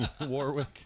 Warwick